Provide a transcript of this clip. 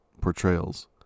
portrayals